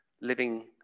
living